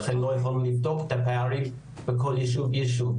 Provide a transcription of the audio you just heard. לכן לא יכולנו לבדוק את הפערים בכל יישוב ויישוב.